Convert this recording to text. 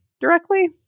directly